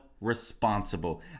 responsible